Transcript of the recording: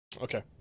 Okay